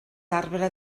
arbre